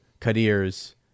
Kadir's